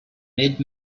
mid